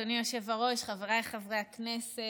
אדוני היושב-ראש, חבריי חברי הכנסת,